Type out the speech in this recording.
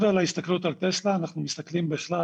אנחנו מסתכלים בכלל,